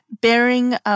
bearing